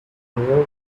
where